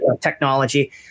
technology